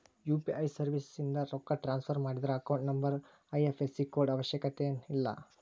UPI ಸರ್ವಿಸ್ಯಿಂದ ರೊಕ್ಕ transfer ಮಾಡಿದ್ರ ಅಕೌಂಟ್ ನಂಬರ್ ಐ.ಎಫ್.ಎಸ್.ಸಿ ಕೋಡ್ ಅವಶ್ಯಕತೆನ ಇಲ್ಲ